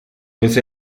was